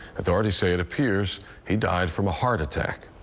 authorities say it appears he died from a heart attack.